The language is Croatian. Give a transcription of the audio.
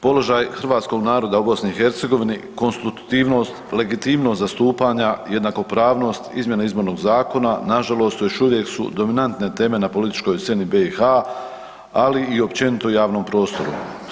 Položaj hrvatskog naroda u BiH-u, konstitutivnost, legitimnost zastupanja, jednakopravnost, izmjene Izbornog zakona nažalost još uvijek su dominantne teme na političkoj sceni BiH-a ali i općenito u javnom prostoru.